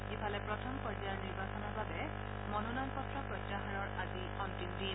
ইফালে প্ৰথম পৰ্য়াযৰ নিৰ্বাচনৰ বাবে মনোনয়ন পত্ৰ প্ৰত্যাহাৰ আজি অস্তিম দিন